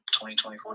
2024